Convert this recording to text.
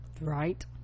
right